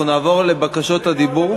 אנחנו נעבור לבקשות הדיבור.